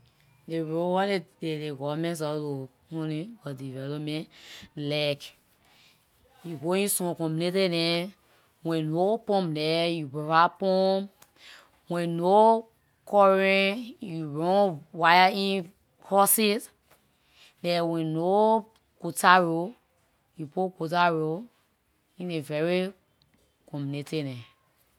Ley role wat ley ley government suppose to something for development, like you go in some community neh, when no pump there, you provide pump. When no current you run wire in houses, like when no coated road, you put coated road in the very community dem.